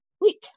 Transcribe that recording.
week